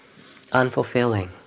unfulfilling